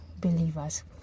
believers